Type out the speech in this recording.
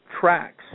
tracks